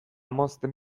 mozten